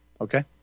Okay